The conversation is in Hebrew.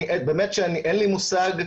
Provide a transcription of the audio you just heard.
באמת שאין לי מושג.